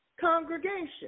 congregation